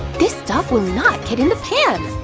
this stuff will not get in the pan!